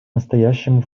настоящему